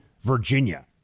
Virginia